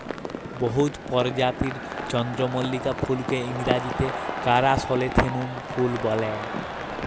বহুত পরজাতির চল্দ্রমল্লিকা ফুলকে ইংরাজিতে কারাসলেথেমুম ফুল ব্যলে